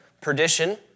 perdition